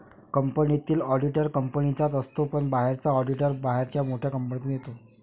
कंपनीतील ऑडिटर कंपनीचाच असतो पण बाहेरचा ऑडिटर बाहेरच्या मोठ्या कंपनीतून येतो